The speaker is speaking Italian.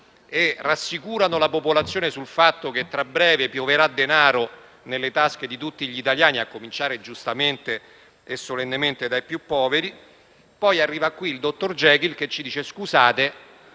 e rassicurano la popolazione sul fatto che tra breve pioverà denaro nelle tasche di tutti gli italiani, a cominciare giustamente e solennemente dai più poveri, poi arriva qui il dottor Jekyll che ci dice che